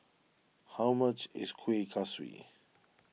how much is Kueh Kaswi